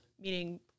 meaning